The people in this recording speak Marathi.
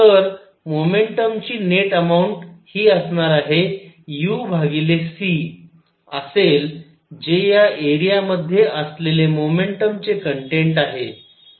तर मोमेंटम ची नेट अमाऊंट हि असणार आहे u c असेल जे या एरिया मध्ये असलेले मोमेंटम चे कन्टेन्ट आहे